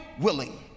willing